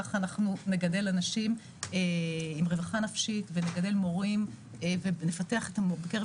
כך אנחנו נגדל אנשים עם רווחה נפשית ונפתח בקרב